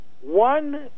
one